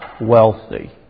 wealthy